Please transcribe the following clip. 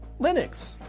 Linux